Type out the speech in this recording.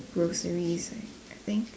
groceries I I think